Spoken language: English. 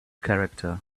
character